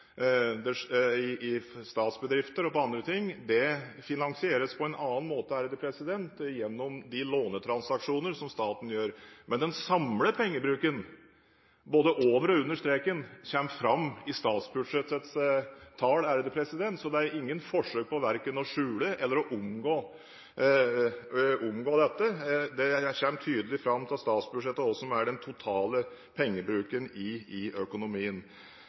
andre ting som finansieres på en annen måte, gjennom de lånetransaksjoner som staten gjør, men den samlede pengebruken – både over og under streken – kommer fram i statsbudsjettets tall. Det er ingen forsøk på verken å skjule eller å omgå dette. Det kommer tydelig fram av statsbudsjettet hva som er den totale pengebruken i økonomien. Jeg tror heller ikke vi blir enige om hva som er de viktigste prioriteringene i